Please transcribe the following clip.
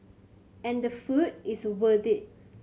and the food is worth it